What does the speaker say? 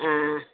ஆ